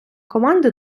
команди